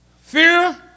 Fear